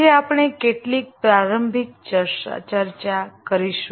આજે આપણે કેટલીક પ્રારંભિક ચર્ચા કરીશું